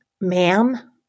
ma'am